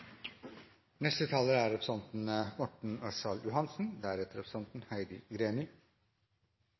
Neste taler er representanten